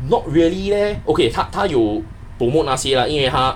not really leh ok 他他他有 pro~ promote 那些 lah 因为他